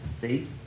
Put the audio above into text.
see